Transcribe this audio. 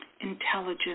intelligence